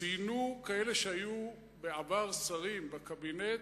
ציינו כאלה שהיו בעבר שרים בקבינט,